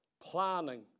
planning